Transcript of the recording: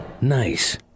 Nice